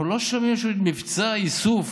אנחנו לא שומעים שיש מבצע איסוף